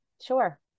sure